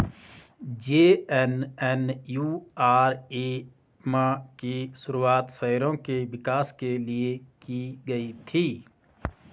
JNNURM की शुरुआत शहरों के विकास के लिए की गई थी